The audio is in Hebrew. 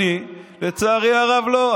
עליי, לצערי הרב לא.